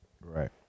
Right